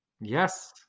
Yes